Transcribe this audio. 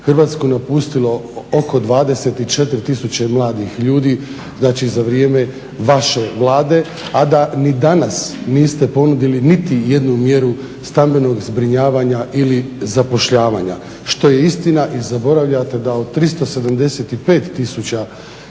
Hrvatsku napustilo oko 24 tisuće mladih ljudi, znači za vrijeme vaše Vlade, a da ni danas niste ponudili niti jednu mjeru stambenog zbrinjavanja ili zapošljavanja što je istina. I zaboravljate da od 375 tisuća